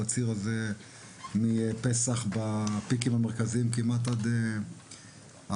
הציר הזה מפסח בפיקים המרכזיים וכמעט עד סוכות,